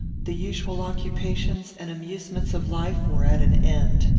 the usual occupations and amusements of life were at an end.